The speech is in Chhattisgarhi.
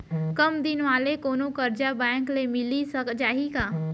कम दिन वाले कोनो करजा बैंक ले मिलिस जाही का?